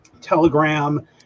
Telegram